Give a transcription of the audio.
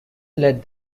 let